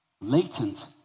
Latent